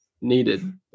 needed